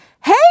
hey